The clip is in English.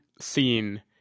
scene